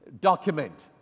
document